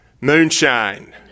moonshine